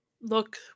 look